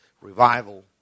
revival